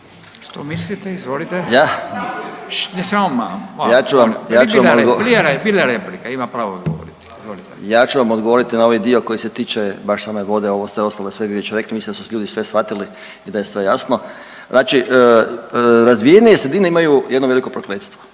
(Socijaldemokrati)** Ja ću vam odgovoriti na ovaj dio koji se tiče baš same vode, ovo sve ostalo ste vi već rekli. Mislim da su ljudi sve shvatili i da je sve jasno. Znači razvijenije sredine imaju jedno veliko prokletstvo,